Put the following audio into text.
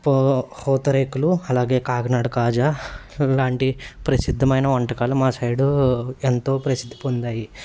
పూ పూతరేకులు అలాగే కాకినాడ కాజా లాంటి ప్రసిద్ధమైన వంటకాలు మా సైడు ఎంతో ప్రసిద్ధి పొందాయి